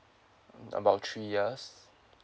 about three years